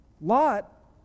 Lot